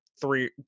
three